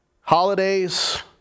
holidays